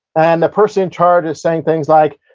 and the person in charge is saying things like,